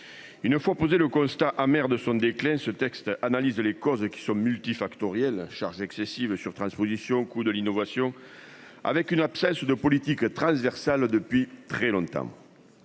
Une fois posé le constat amer de son déclin. Ce texte, analyse les causes et qui sont multifactorielles charge excessive surtransposition. Coût de l'innovation. Avec une absence de politique transversale depuis très longtemps.